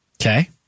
Okay